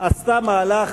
עשתה מהלך,